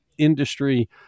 industry